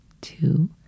two